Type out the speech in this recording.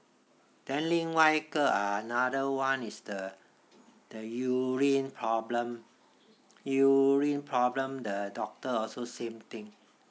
then 另外一个 another one is the the urine problem urine problem the doctor also same thing